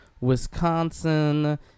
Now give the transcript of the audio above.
Wisconsin